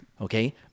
Okay